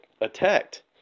attacked